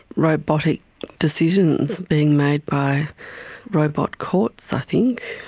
robotic decisions being made by robot courts i think.